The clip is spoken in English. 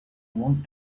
want